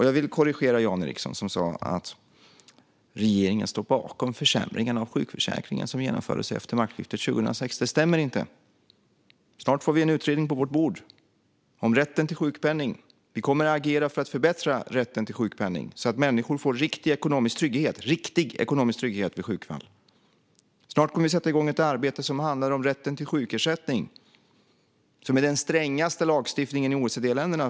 Jag vill korrigera Jan Ericson, som sa att regeringen står bakom försämringarna av sjukförsäkringen som genomfördes efter maktskiftet 2006. Det stämmer inte. Snart får vi en utredning på vårt bord om rätten till sjukpenning. Vi kommer att agera för att förbättra rätten till sjukpenning, så att människor får riktig ekonomisk trygghet vid sjukfall. Snart kommer vi att sätta igång ett arbete som handlar om rätten till sjukersättning, som just nu är den strängaste lagstiftningen för de äldre i OECD-länderna.